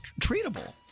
treatable